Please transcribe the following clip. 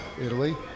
Italy